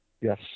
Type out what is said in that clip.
Yes